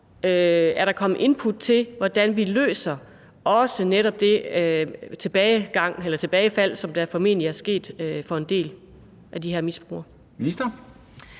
Er der kommet input til, hvordan vi løser netop det tilbagefald, der formentlig er sket for en del af de her misbrugere?